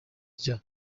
rya